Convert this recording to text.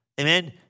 Amen